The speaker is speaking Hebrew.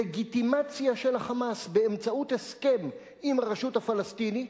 לגיטימציה של ה"חמאס" באמצעות הסכם עם הרשות הפלסטינית,